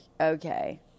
okay